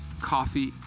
coffee